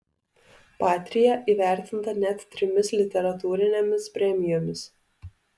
patria įvertinta net trimis literatūrinėmis premijomis